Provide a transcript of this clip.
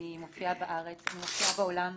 אני מופיעה בארץ, אני מופיעה בעולם,